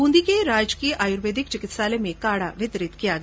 बूंदी के राजकीय आयुर्वेदिक चिकित्सालय में काढ़ा वितरित किया गया